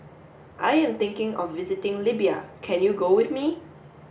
I am thinking of visiting Libya can you go with me